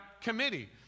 committee